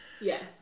Yes